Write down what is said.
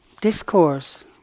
discourse